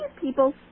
people